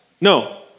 No